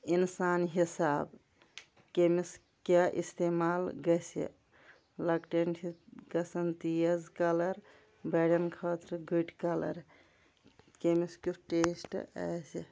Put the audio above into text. اِنسان حِساب کٔمِس کیاہ استعمال گژھِ لَکٹٮ۪ن چھِ گَژھان تیز کَلَر بَڈٮ۪ن خٲطرٕ گٔٹۍ کَلَر کٔمِس کیُٚتھ ٹیسٹ آسِہ